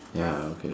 ya okay